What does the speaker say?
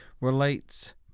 relates